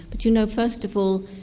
but you know, first of all,